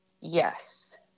Yes